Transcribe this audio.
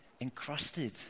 encrusted